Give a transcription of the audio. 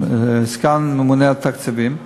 סגן הממונה על התקציבים,